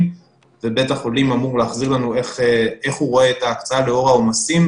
ובית החולים אמור להחזיר לנו איך הוא רואה את ההקצאה לאור העומסים,